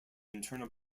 internal